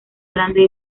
grande